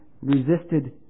resisted